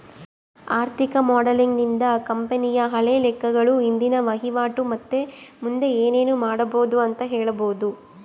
ಆರ್ಥಿಕ ಮಾಡೆಲಿಂಗ್ ನಿಂದ ಕಂಪನಿಯ ಹಳೆ ಲೆಕ್ಕಗಳು, ಇಂದಿನ ವಹಿವಾಟು ಮತ್ತೆ ಮುಂದೆ ಏನೆನು ಮಾಡಬೊದು ಅಂತ ಹೇಳಬೊದು